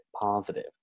positive